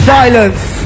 Silence